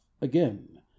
again